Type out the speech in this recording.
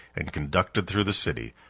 and conducted through the city,